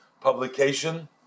publication